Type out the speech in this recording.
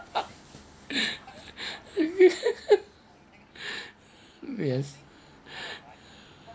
yes